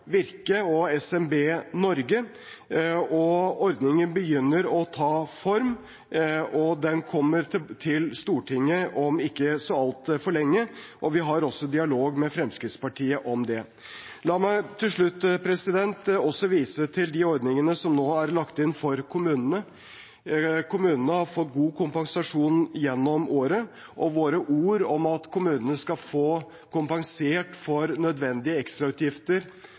Virke og SMB Norge. Ordningen begynner å ta form, og den kommer til Stortinget om ikke så altfor lenge. Vi har også dialog med Fremskrittspartiet om det. La meg til slutt også vise til de ordningene som nå er lagt inn for kommunene. Kommunene har fått god kompensasjon gjennom året, og våre ord om at kommunene skal få kompensert for nødvendige ekstrautgifter